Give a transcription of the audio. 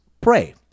pray